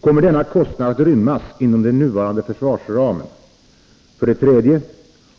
Kommer denna kostnad att rymmas inom den nuvarande försvarsramen? 3.